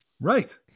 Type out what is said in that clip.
Right